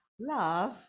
love